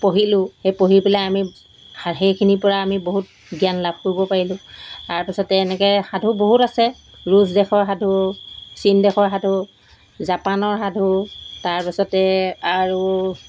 পঢ়িলোঁ সেই পঢ়ি পেলাই আমি সেইখিনিৰপৰা আমি বহুত জ্ঞান লাভ কৰিব পাৰিলোঁ তাৰপিছতে এনেকৈ সাধু বহুত আছে ৰুছ দেশৰ সাধু চীন দেশৰ সাধু জাপানৰ সাধু তাৰপিছতে আৰু